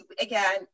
again